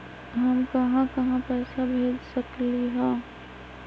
हम कहां कहां पैसा भेज सकली ह?